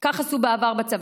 כך עשו בעבר בצבא,